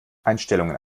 einstellungen